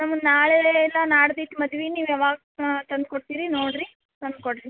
ನಮ್ಗೆ ನಾಳೆ ಇಲ್ಲ ನಾಡ್ದಿಗೆ ಮದ್ವೆ ನೀವು ಯಾವಾಗ ತಂದು ಕೊಡ್ತೀರಿ ನೋಡಿರಿ ತಂದು ಕೊಡಿರಿ